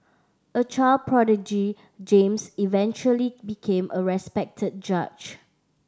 a child prodigy James eventually became a respected judge